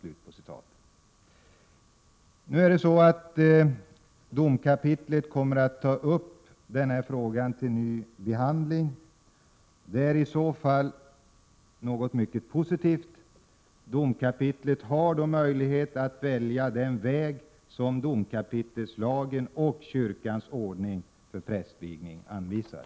Enligt uppgift lär frågan nu komma upp till ny behandling i Göteborgs domkapitel. Det är i så fall något mycket positivt. Domkapitlet har då möjlighet att välja den väg som domkapitelslagen och kyrkans ordning för prästvigning anvisar.